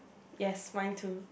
yes mine too